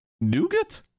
Nougat